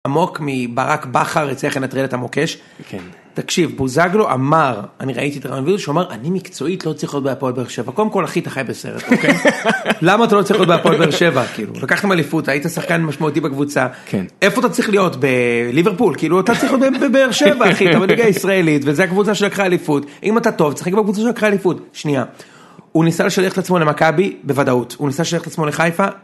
עמוק מברק בכר הצליח לנטרל את המוקש. תקשיב בוזגלו אמר אני ראיתי את הראיון, הוא אמר אני מקצועיות אני לא צריך להיות בהפועל באר שבע, קודם כל אחי, אתה חי בסרט, אוקי, למה אתה לא צריך להיות בהפועל באר שבע? לקחתם אליפות, אתה שחקן משמעותי בקבוצה, איפה אתה צריך להיות, בליברפול? אתה צריך להיות בבאר שבע, אחי, אתה בליגה הישראלית וזה הקבוצה שלקחה אליפות אם אתה טוב תשחק בקבוצה שלקחה אליפות, שנייה, הוא ניסה לשדך את עצמו למכבי בוודאות, הוא ניסה לשדך את עצמו לחיפה